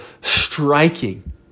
striking